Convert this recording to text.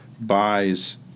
buys